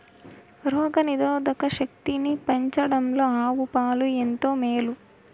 రోగ నిరోధక శక్తిని పెంచడంలో ఆవు పాలు ఎంతో మేలు